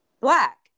Black